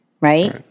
right